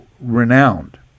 renowned